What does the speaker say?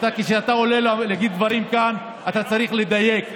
וכשאתה עולה להגיד דברים כאן אתה צריך לדייק.